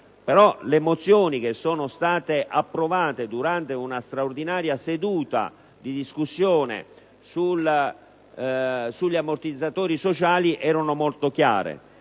le mozioni approvate durante una straordinaria seduta di discussione sugli ammortizzatori sociali erano molto chiare.